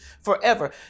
forever